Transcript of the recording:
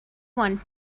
want